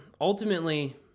ultimately